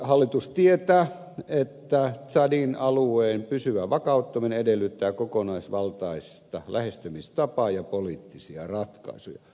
hallitus tietää että tsadin alueen pysyvä vakauttaminen edellyttää kokonaisvaltaista lähestymistapaa ja poliittisia ratkaisuja